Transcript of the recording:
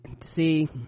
see